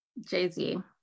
Jay-Z